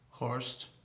Horst